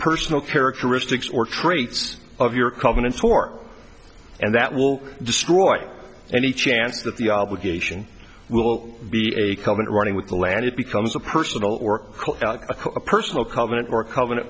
personal characteristics or traits of your covenants for and that will destroy any chance that the obligation will be a covenant running with the land it becomes a personal or a personal covenant or covenant